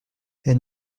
elle